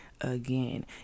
again